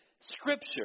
scripture